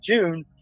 June